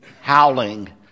howling